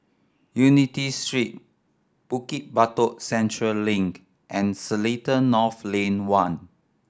Unity Street Bukit Batok Central Link and Seletar North Lane One